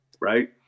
right